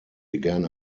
began